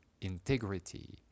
integrity